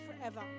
forever